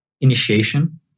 initiation